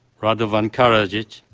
radovan karadzic,